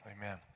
Amen